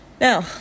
Now